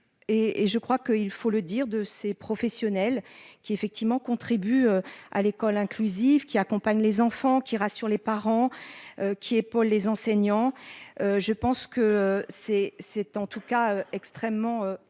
et je crois que il faut le dire, de ces professionnels qui effectivement contribuent à l'école inclusive qui accompagne les enfants qui rassure les parents. Qui épaulent les enseignants. Je pense que c'est, c'est en tout cas extrêmement important